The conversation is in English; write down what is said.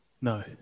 No